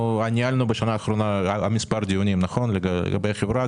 שבשנה האחרונה היו לנו מספר דיונים לגבי החברה,